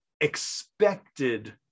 expected